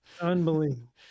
unbelievable